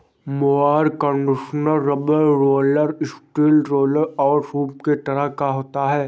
mower conditioner rubber roller, steel roller और सूप के तरह का होता है